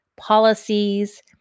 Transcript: policies